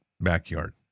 backyard